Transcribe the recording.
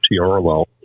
TRL